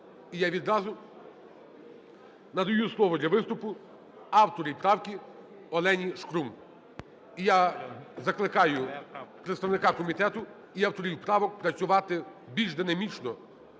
І я відразу надаю слово для виступу автору правки ОленіШкрум. І я закликаю представника комітету і авторів правок працювати більш динамічно.